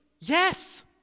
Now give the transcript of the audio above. Yes